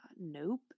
nope